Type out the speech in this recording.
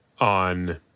on